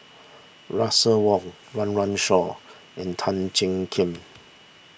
Russel Wong Run Run Shaw and Tan Jiak Kim